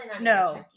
no